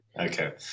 Okay